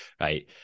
right